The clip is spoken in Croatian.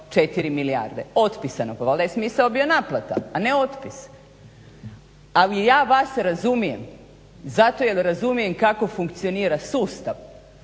4 milijarde, otpisano. Pa valjda je smisao bio naplata, a ne otpis. Ali ja vas razumijem zato jer razumijem kako funkcionira sustav